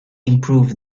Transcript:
improved